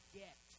get